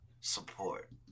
support